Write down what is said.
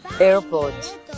Airport